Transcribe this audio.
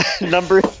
Number